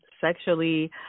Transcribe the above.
sexually